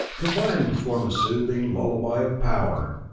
combined to form a soothing lullaby of power.